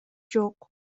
жок